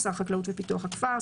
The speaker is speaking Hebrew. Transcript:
שר החקלאות ופיתוח הכפר,